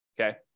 okay